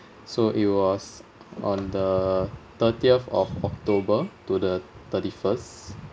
so it was on the thirtieth of october to the thirty first